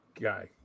guy